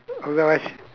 although I s~